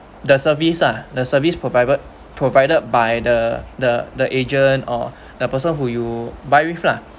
the service ah the service provided provided by the the the agent or the person who you buy with lah